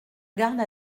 garde